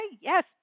Yes